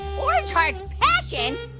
orange hearts passion.